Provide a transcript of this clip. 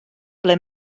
ble